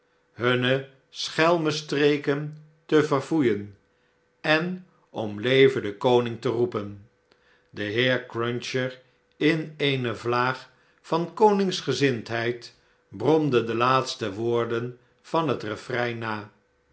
hunne schelmenstreken te verfoeien en om leve de koning te roepen de heer cruncher in eene vlaag van koningsgezindheid bromde de laatste woorden van het refrein na